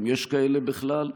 אם יש כאלה בכלל,